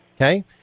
okay